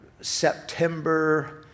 september